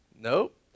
Nope